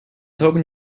hoping